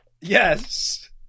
yes